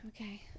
Okay